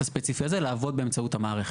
הספציפי הזה לעבוד באמצעות המערכת.